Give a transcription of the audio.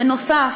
בנוסף,